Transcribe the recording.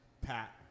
Pat